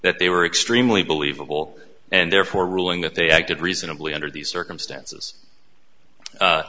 that they were extremely believable and therefore ruling that they acted reasonably under these circumstances